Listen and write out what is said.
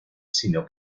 sino